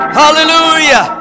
hallelujah